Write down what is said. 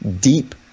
deep